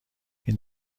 این